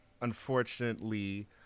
unfortunately